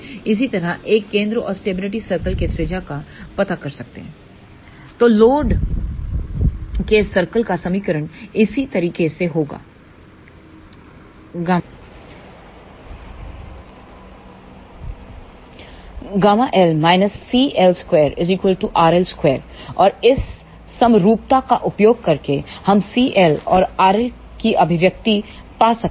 इसी तरह एक केंद्र और स्टेबिलिटी सर्कल के त्रिज्या का पता कर सकते तो लोड के सर्कल का समीकरण इसी तरीके से होगा Γl Cl 2 rl2 और इस समरूपता का उपयोग करके हम cl और rl की अभिव्यक्ति पा सकते हैं